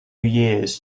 years